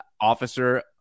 officer